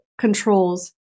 controls